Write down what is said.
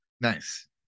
nice